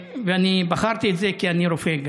ואני בחרתי את זה גם כי אני רופא.